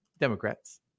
Democrats